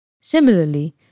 Similarly